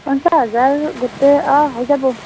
পঞ্চাশ হাজাৰ গোটেই অঁ হৈ যাব